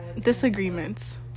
Disagreements